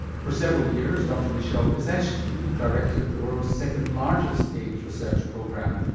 for several years dr michel kazatchkine directed the world's second largest aids research program,